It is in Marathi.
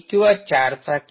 किंवा चारचाकी